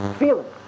feeling